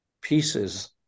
pieces